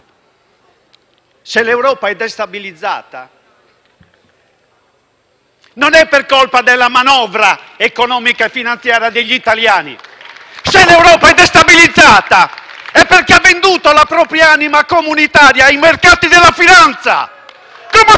se l'Europa è destabilizzata, non è per colpa della manovra economica e finanziaria degli italiani. Se l'Europa è destabilizzata è perché ha venduto la propria anima comunitaria ai mercati della finanza! Come fate a